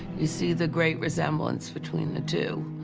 you see the great resemblance between the two.